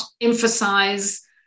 emphasize